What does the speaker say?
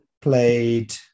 played